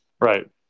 right